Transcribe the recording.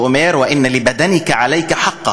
שאומר: (אומר בערבית: אתה מחויב כלפי הגוף שלך.)